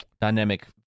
dynamic